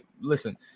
Listen